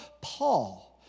Paul